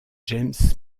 james